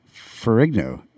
Ferrigno